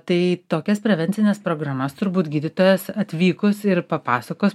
tai tokias prevencines programas turbūt gydytojas atvykus ir papasakos